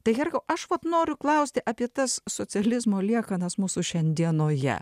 tai herkau aš vat noriu klausti apie tas socializmo liekanas mūsų šiandienoje